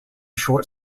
short